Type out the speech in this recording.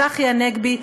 צחי הנגבי.